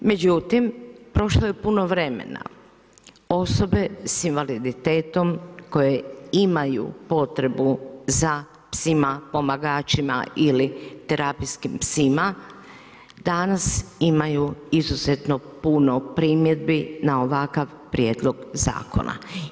Međutim prošlo je puno vremena, osobe s invaliditetom koje imaju potrebu za psima pomagačima ili terapijskim psima danas imaju izuzetno puno primjedbi na ovakav prijedlog zakona.